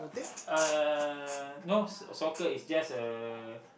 uh no soccer is just a